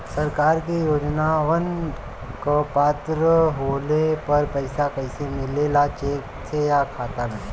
सरकार के योजनावन क पात्र होले पर पैसा कइसे मिले ला चेक से या खाता मे?